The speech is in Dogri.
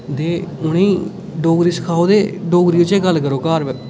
ते उ'नेंगी डोगरी सखाओ ते डोगरी बिच्च गै गल्ल करो घर